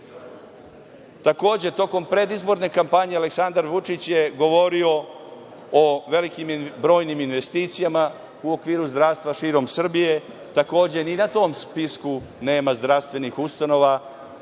tokom predizborne kampanje Aleksandar Vučić je govorio o velikim i brojnim investicijama u okviru zdravstva širom Srbije. Takođe, ni na tom spisku nema zdravstvenih ustanova